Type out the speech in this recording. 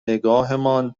نگاهمان